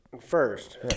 First